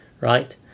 right